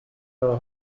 aho